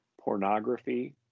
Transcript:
pornography